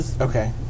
Okay